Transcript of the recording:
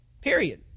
Period